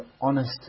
honest